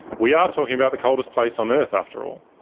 we are talking about the coldest place on earth, after all.